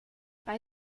bei